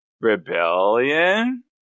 Rebellion